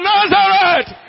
Nazareth